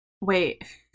wait